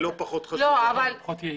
חבר הכנסת קיש ולא נכנסו להצעת החוק הזו.